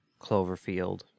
Cloverfield